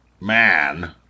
man